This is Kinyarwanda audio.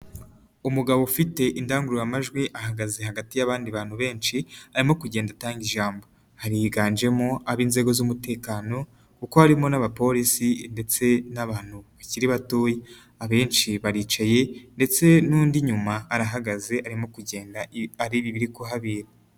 Umugabo ufite indangururamajwi, ahagaze hagati y'abandi bantu benshi, arimo kugenda atanga ijambo, hari higanjemo ab'inzego z'umutekano kuko harimo n'abapolisi ndetse n'abantu bakiri batoya, abenshi baricaye ndetse n'undi inyuma, arahagaze arimo kugenda areba ibiri kuhabera.